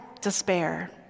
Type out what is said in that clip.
despair